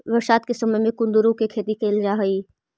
बरसात के समय में कुंदरू के खेती कैल जा हइ